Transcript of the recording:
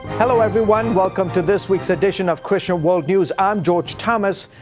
hello, everyone. welcome to this week's edition of christian world news. i'm george thomas.